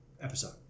episode